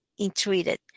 entreated